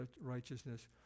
righteousness